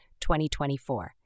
2024